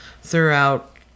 throughout